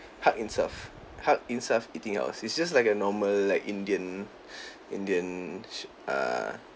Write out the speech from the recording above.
haq insaf haq insaf eating house it's just like a normal like indian indian sh~ err